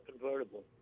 convertible